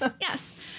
Yes